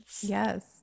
Yes